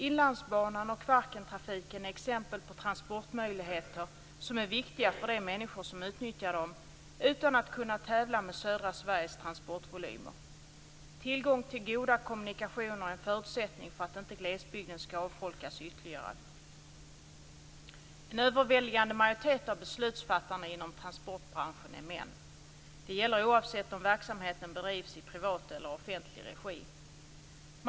Inlandsbanan och Kvarkentrafiken är exempel på transportmöjligheter som är viktiga för de människor som utnyttjar dem, utan att de kan tävla med södra Sveriges transportvolymer. Tillgång till goda kommunikationer är en förutsättning för att inte glesbygden skall avfolkas ytterligare. En överväldigande majoritet av beslutsfattarna inom transportbranschen är män. Det gäller oavsett om verksamheten bedrivs i privat eller offentlig regi.